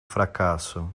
fracasso